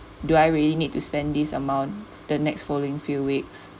do I really need to spend this amount the next following few weeks